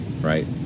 right